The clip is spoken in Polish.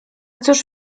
cóż